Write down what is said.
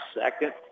Second